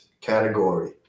category